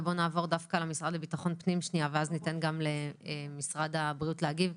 בואו נעבור למשרד לביטחון פנים ואז ניתן גם למשרד הבריאות להגיב.